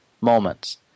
moments